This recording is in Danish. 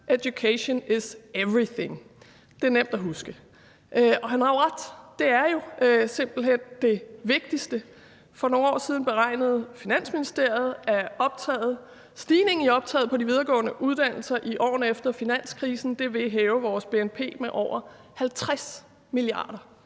education is everything. Det er nemt at huske. Og han har jo ret: Det er jo simpelt hen det vigtigste. For nogle år siden beregnede Finansministeriet, at stigningen i optaget på de videregående uddannelser i årene efter finanskrisen vil hæve vores bnp med over 50 mia. kr.